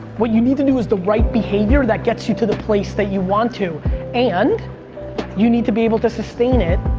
what you need to do is the right behavior that gets you to the place that you want to and and you need to be able to sustain it.